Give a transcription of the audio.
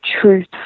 truth